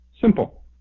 Simple